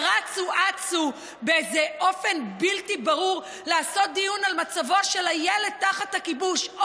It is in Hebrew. ורצו אצו באיזה אופן בלתי ברור לעשות דיון על מצבו של הילד תחת הכיבוש.